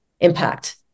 impact